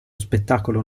spettacolo